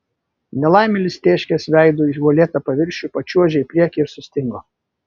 nelaimėlis tėškės veidu į uolėtą paviršių pačiuožė į priekį ir sustingo